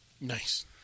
Nice